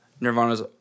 Nirvana's